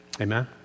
Amen